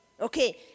okay